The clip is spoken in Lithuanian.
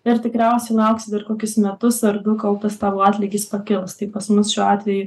ir tikriausiai lauksi dar kokius metus ar du kol tas tavo atlygis pakils tai pas mus šiuo atveju